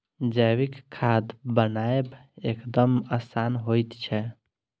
जैविक खाद बनायब एकदम आसान होइत छै